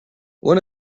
one